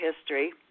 history